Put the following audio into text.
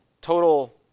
total